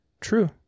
True